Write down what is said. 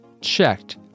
checked